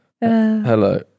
hello